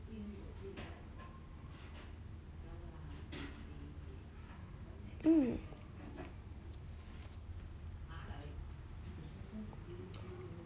hmm